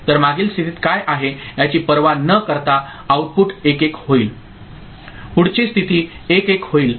तर मागील स्थितीत काय आहे याची पर्वा न करता आउटपुट 1 1 होईल पुढचे स्थिती 1 1 होईल